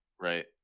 Right